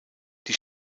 die